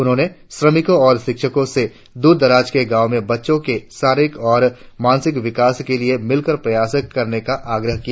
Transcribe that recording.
उन्होंने श्रमिको और शिक्षकों से दूर दराज के गांव में बच्चों के शारिरीक और मानसिक विकास के लिए मिलकर प्रयास करने का आग्रह किया